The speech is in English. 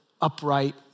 upright